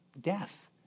death